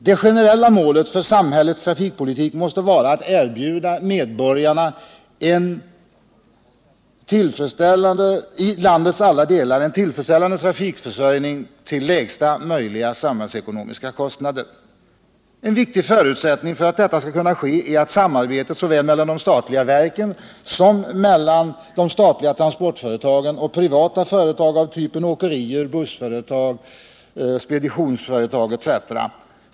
Det generella målet för samhällets trafikpolitik måste vara att erbjuda medborgarna och näringslivet i landets olika delar en tillfredsställande trafikförsörjning till lägsta möjliga samhällsekonomiska kostnader. En viktig förutsättning för att detta skall kunna ske är att samarbetet såväl mellan de statliga verken som mellan de statliga transportföretagen och privata företag av typen åkerier, bussföretag, speditionsföretag etc.